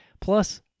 Plus